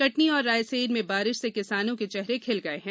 कटनी और रायसेन में बारिश से किसानों के चेहरे खिल गए हैं